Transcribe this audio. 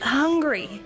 hungry